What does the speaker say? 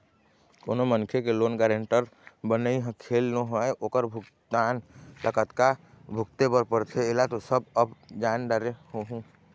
कोनो मनखे के लोन गारेंटर बनई ह खेल नोहय ओखर भुगतना ल कतका भुगते बर परथे ऐला तो सब अब जाने डरे होहूँ